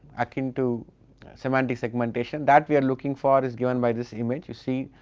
akin to semantic segmentation, that we are looking for is given by this image you see,